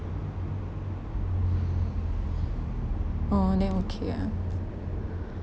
oh then okay ah